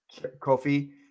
Kofi